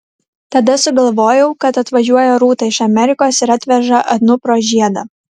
tada sugalvojau kad atvažiuoja rūta iš amerikos ir atveža anupro žiedą